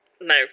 No